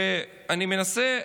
אני מנסה להבין,